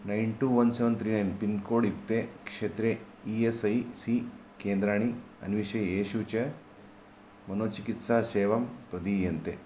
nine two one seven three nine pincode युक्ते क्षेत्रे E S I C केन्द्राणि अन्विष येषु च मनोचिकित्सासेवं प्रदीयन्ते